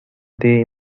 they